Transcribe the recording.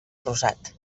rosat